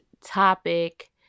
topic